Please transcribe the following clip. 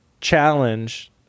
challenge